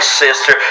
sister